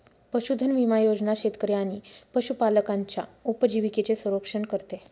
पशुधन विमा योजना शेतकरी आणि पशुपालकांच्या उपजीविकेचे संरक्षण करते